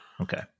Okay